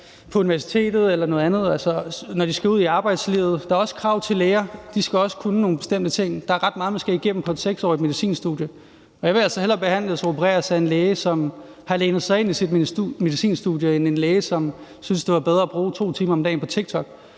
på universitetet eller noget andet, og når de skal ud i arbejdslivet. Der er også krav til læger, de skal også kunne nogle bestemte ting. Der er ret meget, man skal igennem på et 6-årigt medicinstudium. Og jeg vil altså hellere behandles og opereres af en læge, som har lænet sig ind i sit medicinstudium, end af en læge, som syntes, at det var bedre at bruge 2 timer om dagen på TikTok.